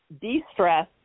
de-stress